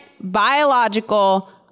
biological